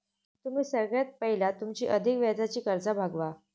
तुम्ही सगळ्यात पयला तुमची अधिक व्याजाची कर्जा भागवा